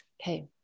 Okay